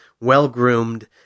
well-groomed